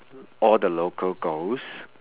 all the local goes